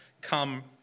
come